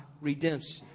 redemption